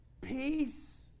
peace